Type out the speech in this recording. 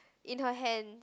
in her hands